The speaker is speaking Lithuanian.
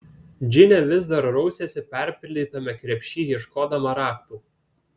džinė vis dar rausėsi perpildytame krepšy ieškodama raktų